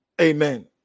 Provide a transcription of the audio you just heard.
Amen